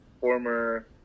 former